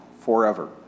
forever